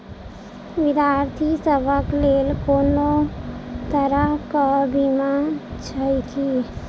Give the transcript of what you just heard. विद्यार्थी सभक लेल कोनो तरह कऽ बीमा छई की?